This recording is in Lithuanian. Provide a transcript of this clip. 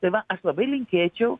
tai va aš labai linkėčiau